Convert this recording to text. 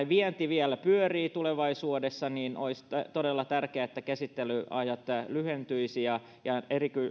vienti vielä pyörii tulevaisuudessa niin olisi todella tärkeää että käsittelyajat lyhentyisivät ja